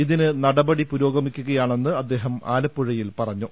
ഇതിന് നടപടി പുരോഗമിക്കുകയാനണെന്ന് അദ്ദേഹം ആലപ്പുഴ യിൽ പറഞ്ഞു